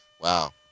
Wow